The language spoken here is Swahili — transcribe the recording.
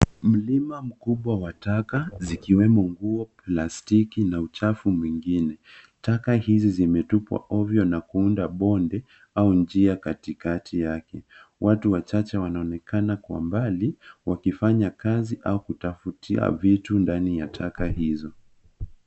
Mlima mkubwa wa taka zikiwemo nguo plastiki na uchafu mwingine taka hizi zimetupwa ovyo na kuunda bonde au njia katikati yake watu wachache wanaonekana kwa mbali wakifanya kazi au kutafutia vitu ndani ya taka hizo.